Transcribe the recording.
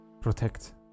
protect